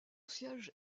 siège